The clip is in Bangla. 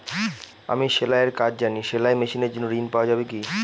আমি সেলাই এর কাজ জানি সেলাই মেশিনের জন্য ঋণ পাওয়া যাবে কি?